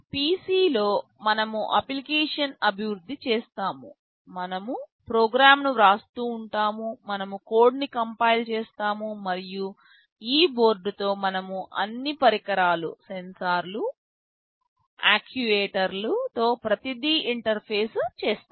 PC లో మనము అప్లికేషన్ను అభివృద్ధి చేస్తాము మనము ప్రోగ్రామ్ను వ్రాస్తూ ఉంటాము మనము కోడ్ను కంపైల్ చేస్తాము మరియు ఈ బోర్డ్తో మనము అన్ని పరికరాలు సెన్సార్లు యాక్యుయేటర్లతో ప్రతిదీ ఇంటర్ఫేస్ చేస్తాము